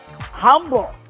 humble